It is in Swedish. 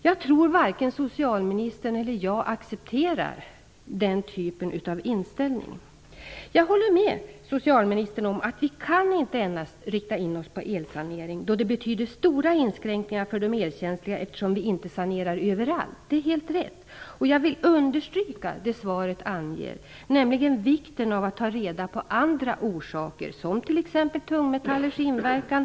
Jag tror varken socialministern eller jag accepterar den typen av inställning. Jag håller med socialministern om att vi inte endast kan inrikta oss på elsanering. Det betyder stora inskränkningar för de elkänsliga eftersom vi inte sanerar överallt. Det är helt rätt. Jag vill understryka det som anges i svaret, nämligen vikten av att ta reda på andra orsaker, t.ex. tungmetallers inverkan.